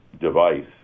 device